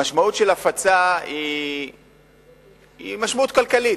המשמעות של הפצה היא משמעות כלכלית.